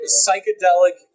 psychedelic